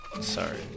Sorry